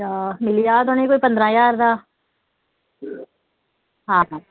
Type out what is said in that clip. अच्छा मिली जाग तुसें कोई पंदरा ज्हार दा हां हा